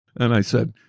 and i said,